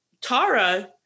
tara